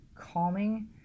calming